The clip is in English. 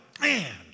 man